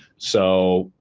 so,